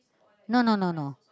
no no no no